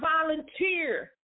volunteer